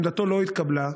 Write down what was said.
עמדתו לא התקבלה,